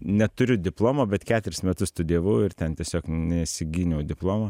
neturiu diplomo bet keturis metus studijavau ir ten tiesiog nesigyniau diplomo